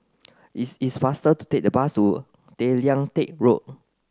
is is faster to take the bus to Tay Lian Teck Road